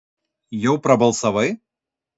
jau prabalsavai